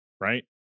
Right